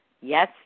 Yes